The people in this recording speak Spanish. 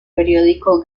periódico